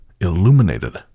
illuminated